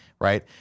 right